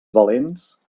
valents